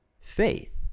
faith